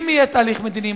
אבל אולי יהיה תהליך מדיני.